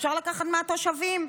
אפשר לקחת מהתושבים,